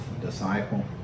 disciple